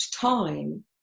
time